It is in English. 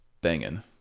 banging